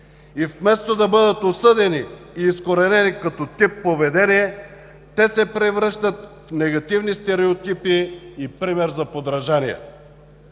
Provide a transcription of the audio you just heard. И вместо да бъдат осъдени и изкоренени като тип поведение, те се превръщат в негативни стереотипи и пример за подражание.